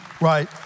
right